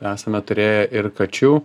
esame turėję ir kačių